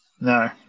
no